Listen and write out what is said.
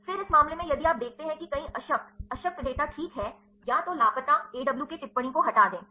फिर इस मामले में भी यदि आप देखते हैं कि कई अशक्त अशक्त डेटा ठीक हैं या तो लापता AWK टिप्पणी को हटा दें